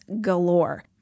galore